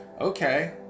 Okay